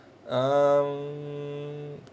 um